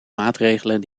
maatregelen